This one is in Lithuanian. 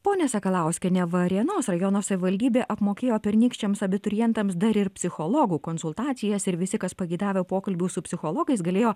ponia sakalauskiene varėnos rajono savivaldybė apmokėjo pernykščiams abiturientams dar ir psichologų konsultacijas ir visi kas pageidavė pokalbių su psichologais galėjo